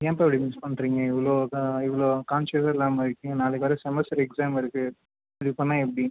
ஏன்ப்பா இப்படி மிஸ் பண்ணுறீங்க இவ்வளோ கா இவ்வளோ கான்ஷியஸே இல்லாமல் இருக்கீங்க நாளைக்கு வேறு செமஸ்டர் எக்ஸாம் இருக்கு இப்படி பண்ணால் எப்படி